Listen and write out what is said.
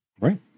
Right